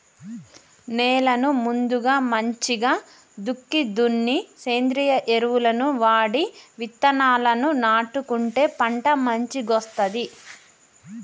నేలను ముందుగా మంచిగ దుక్కి దున్ని సేంద్రియ ఎరువులను వాడి విత్తనాలను నాటుకుంటే పంట మంచిగొస్తది